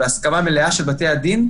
בהסכמה מלאה של בתי הדין,